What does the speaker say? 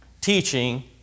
teaching